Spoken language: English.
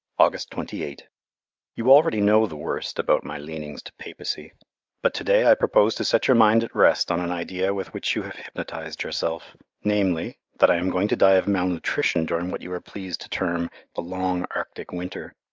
august twenty eight you already know the worst about my leanings to papacy but to-day i propose to set your mind at rest on an idea with which you have hypnotized yourself namely, that i am going to die of malnutrition during what you are pleased to term the long arctic winter.